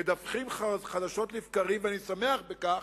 מדווחים חדשות לבקרים, ואני שמח על כך,